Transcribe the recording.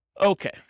Okay